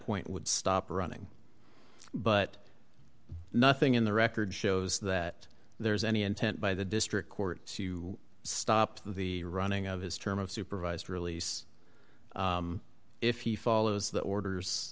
point would stop running but nothing in the record shows that there's any intent by the district court to stop the running of his term of supervised release if he follows the